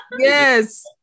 Yes